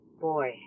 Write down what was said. boy